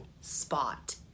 spot